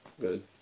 good